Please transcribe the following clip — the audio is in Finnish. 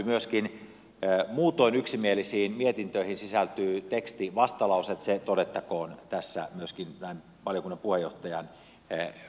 näihin molempiin muutoin yksimielisiin mietintöihin sisältyy myöskin tekstivastalauseet se todettakoon tässä myöskin näin valiokunnan puheenjohtajan roolissa